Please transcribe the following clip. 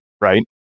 right